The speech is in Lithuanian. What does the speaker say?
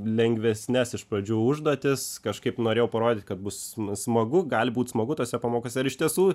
lengvesnes iš pradžių užduotis kažkaip norėjau parodyt kad bus smagu gali būt smagu tose pamokose ir iš tiesų